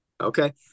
Okay